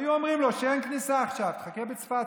היו אומרים לו: אין כניסה עכשיו, תחכה בצפת.